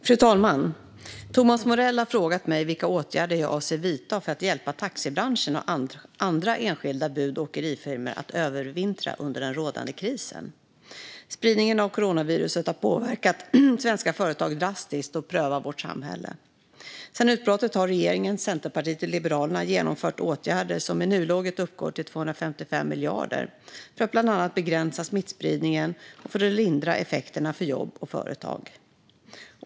Fru talman! Thomas Morell har frågat mig vilka åtgärder jag avser att vidta för att hjälpa taxibranschen och andra enskilda bud och åkerifirmor att övervintra under den rådande krisen. Spridningen av coronaviruset har påverkat svenska företag drastiskt och prövar vårt samhälle. Sedan utbrottet har regeringen, Centerpartiet och Liberalerna genomfört åtgärder som i nuläget uppgår till 255 miljarder för att bland annat begränsa smittspridningen och för att lindra effekterna på jobb och företag.